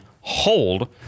hold